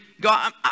God